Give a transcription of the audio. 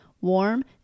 warm